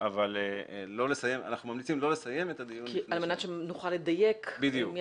אבל אנחנו ממליצים לא לסיים את הדיון --- על מנת שנוכל לדייק,